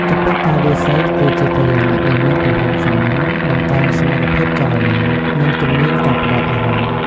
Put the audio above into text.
ចំពោះការវាយសីគឺជាកីឡាដែលមានទម្រង់សាមញ្ញ បង្កើនសមត្ថភាពចលនា និងជំនាញការផ្ដោតអារម្មណ៍។